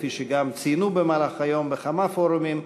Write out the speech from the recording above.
כפי שגם ציינו במהלך היום בכמה פורומים,